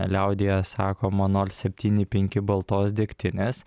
liaudyje sakoma nol septyni penki baltos degtinės